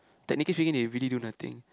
technically speaking they really do nothing